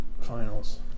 Finals